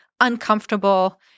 uncomfortable